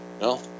No